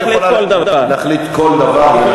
היא יכולה להחליט כל דבר.